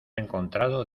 encontrado